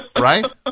right